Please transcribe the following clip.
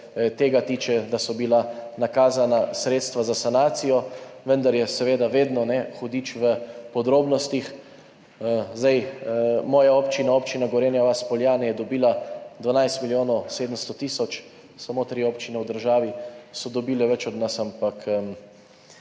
tega tiče, da so bila nakazana sredstva za sanacijo, vendar je seveda vedno hudič v podrobnostih. Moja občina, Občina Gorenja vas - Poljane je dobila 12 milijonov 700 tisoč, samo tri občine v državi so dobile več od nas, ampak